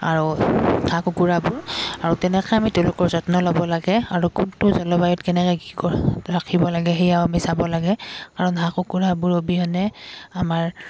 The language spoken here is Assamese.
আৰু হাঁহ কুকুৰাবোৰ আৰু তেনেকৈ আমি তেওঁলোকৰ যত্ন ল'ব লাগে আৰু কোনটো জলবায়ুত কেনেকৈ কি কৰি ৰাখিব লাগে সেয়াও আমি চাব লাগে কাৰণ হাঁহ কুকুৰাবোৰ অবিহনে আমাৰ